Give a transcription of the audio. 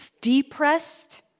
depressed